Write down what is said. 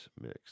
Mix